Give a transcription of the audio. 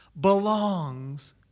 belongs